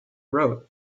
wrote